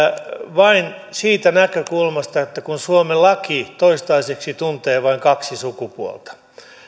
vain siitä näkökulmasta että suomen laki toistaiseksi tuntee vain kaksi sukupuolta